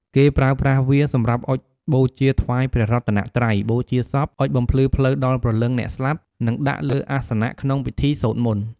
គេប្រើប្រាស់វា សម្រាប់អុជបូជាថ្វាយព្រះរតនត្រ័យ បូជាសព អុជបំភ្លឺផ្លូវដល់ព្រលឹងអ្នកស្លាប់ និងដាក់លើអាសនៈក្នុងពិធីសូត្រមន្ត។